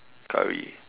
Curry